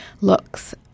looks